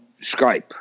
skype